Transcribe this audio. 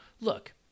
look